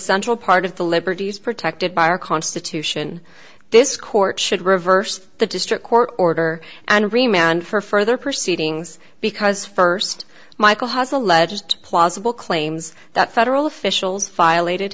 central part of the liberties protected by our constitution this court should reverse the district court order and remain and for further proceedings because first michael has alleged plausible claims that federal officials violated